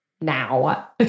now